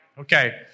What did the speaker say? Okay